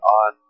on